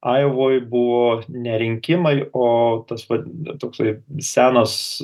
ajovoj buvo ne rinkimai o tas pat toksai senas